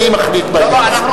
אני מחליט בעניין הזה.